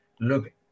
look